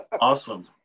Awesome